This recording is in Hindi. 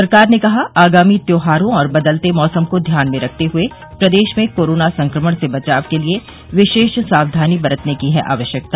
सरकार ने कहा आगामी त्योहारो और बदलते मौसम को ध्यान में रखते हुए प्रदेश में कोरोना संक्रमण से बचाव के लिए विशेष सावधानी बरतने की है आवश्यकता